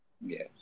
Yes